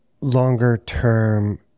longer-term